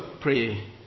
pray